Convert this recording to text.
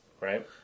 Right